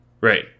Right